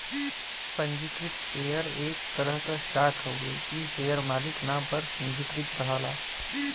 पंजीकृत शेयर एक तरह क स्टॉक हउवे इ शेयर मालिक नाम पर पंजीकृत रहला